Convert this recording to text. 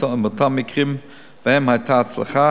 ובאותם מקרים שבהם היתה הצלחה,